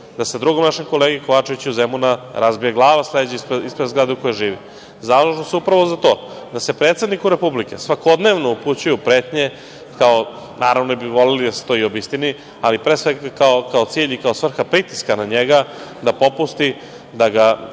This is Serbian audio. Da se drugom našem kolegi Kovačeviću iz Zemuna razbije glava ispred zgrade u kojoj živi. Zalažu se upravo za to da se predsedniku Republike svakodnevno upućuju pretnje, naravno jer bi voleli da se to i obistini, ali pre svega kao cilj i kao svrha pritiska na njega da popusti da ga